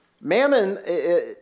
Mammon